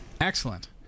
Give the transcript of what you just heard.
Excellent